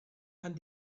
and